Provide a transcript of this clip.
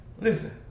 Listen